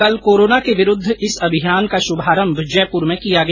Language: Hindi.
कल कोरोना के विरूद्व इस अभियान का शुभारम्भ जयपुर में किया गया